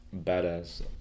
badass